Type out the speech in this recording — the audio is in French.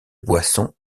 boisson